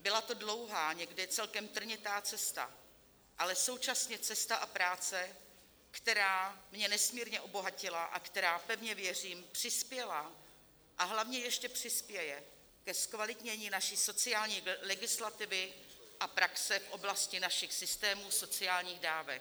Byla to dlouhá, někdy celkem trnitá cesta, ale současně cesta a práce, která mě nesmírně obohatila a která pevně věřím přispěla, a hlavně ještě přispěje ke zkvalitnění naší sociální legislativy a praxe v oblasti našich systémů sociálních dávek.